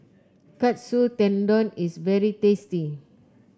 Katsu Tendon is very tasty